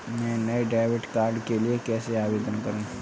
मैं नए debit card के लिए कैसे आवेदन करूं?